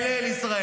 אל אל ישראל.